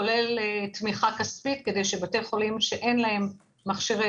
כולל תמיכה כספית כדי שבתי חולים שאין להם מכשירי